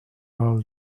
all